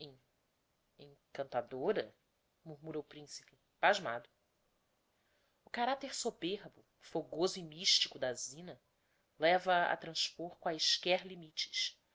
cantadora murmura o principe pasmado o caracter soberbo fogoso e mistico da zina leva-a a transpôr quaesquer limites